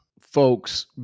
folks